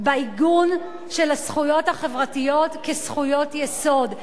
בעיגון של הזכויות החברתיות כזכויות יסוד.